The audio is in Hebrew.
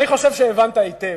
אני חושב שהבנת היטב.